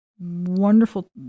wonderful